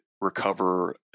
recover